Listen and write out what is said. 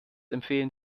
empfehlen